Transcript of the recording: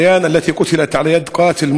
נתחיל עם נאומים בני דקה.